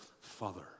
father